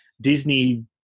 Disney